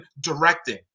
directing